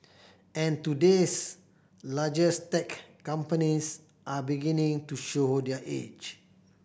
and today's largest tech companies are beginning to show their age